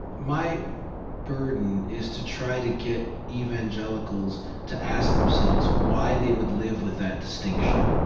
my burden is to try to get evangelicals to ask themselves why they would live with that distinction.